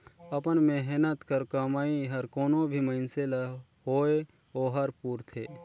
अपन मेहनत कर कमई हर कोनो भी मइनसे ल होए ओहर पूरथे